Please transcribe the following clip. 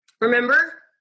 Remember